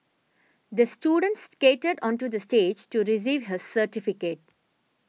the student skated onto the stage to receive his certificate